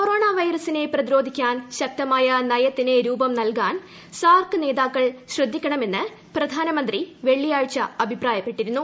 corona വൈറസിനെ പ്രതിരോധിക്കാൻ ശക്തമായ നയത്തിന് രൂപം നൽകാൻ സാർക്ക് നേതാക്കൾ ശ്രദ്ധിക്കണമെന്ന് പ്രധാനമന്ത്രി വെള്ളിയാഴ്ച അഭിപ്രായപ്പെട്ടിരുന്നു